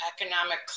economic